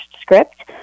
script